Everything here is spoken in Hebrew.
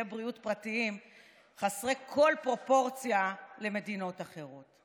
בריאות פרטיים חסרי כל פרופורציה למדינות אחרות.